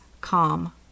calm